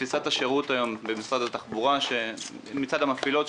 תפיסת השירות היום מצד המפעילות היא